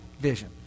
vision